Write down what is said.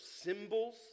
symbols